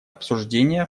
обсуждение